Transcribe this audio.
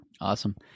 awesome